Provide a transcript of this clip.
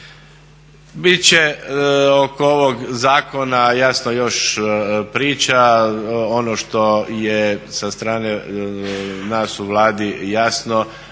Bit će oko ovog zakona jasno još priča. Ono što je sa strane nas u Vladi jasno